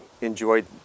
enjoyed